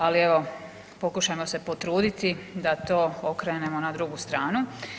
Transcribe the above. Ali evo pokušajmo se potruditi da to okrenemo na drugu stranu.